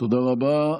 תודה רבה.